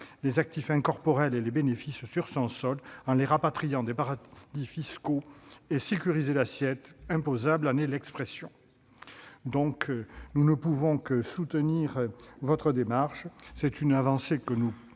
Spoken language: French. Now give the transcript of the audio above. les actifs incorporels et les bénéfices sur son sol en les rapatriant des paradis fiscaux et à sécuriser l'assiette imposable, en est l'expression. Nous ne pouvons que soutenir votre démarche ; c'est une avancée que nous